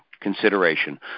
consideration